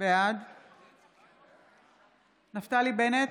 בעד נפתלי בנט,